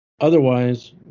Otherwise